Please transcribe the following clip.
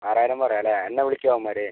ആറായിരം പറയാമല്ലേ എന്നെ വിളിക്കുമോ അവന്മാർ